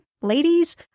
ladies